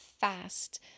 fast